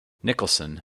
nicholson